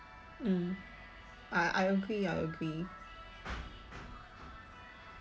mm I I agree I agree